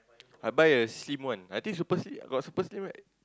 I buy a slim one I think super slim got super slim right